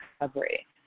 recovery